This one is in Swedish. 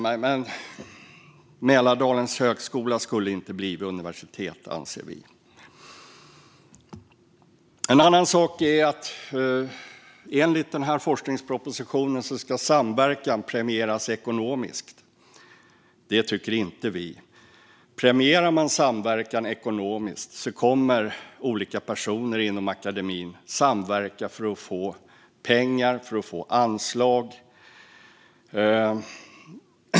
Men Mälardalens högskola ska inte bli universitet, anser vi. Enligt forskningspropositionen ska samverkan premieras ekonomiskt. Det tycker inte vi. Om samverkan premieras ekonomiskt kommer olika personer inom akademin att samverka för att få pengar och anslag.